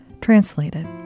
Translated